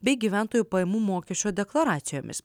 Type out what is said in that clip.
bei gyventojų pajamų mokesčio deklaracijomis